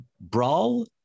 Brawl